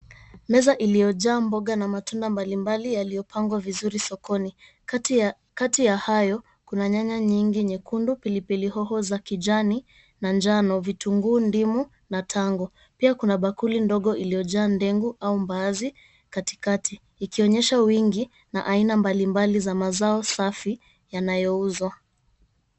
Meza iliyojaa mboga na matunda mbalimbali yaliyopangwa vizuri sokoni. Kati ya hayo, kuna nyanya nyingi nyekundu, pilipili hoho za kijani na njano, vitunguu ndimu na tango Pia kuna bakuli ndogo iliyojaa ndengu au mbaazi katikati, ikionyesha wingi na aina mbalimbali za mazao safi yanayouzwa.